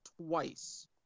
twice